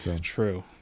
true